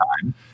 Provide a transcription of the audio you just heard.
time